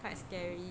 it's quite scary